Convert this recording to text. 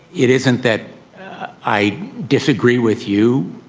it isn't that i disagree with you.